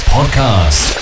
Podcast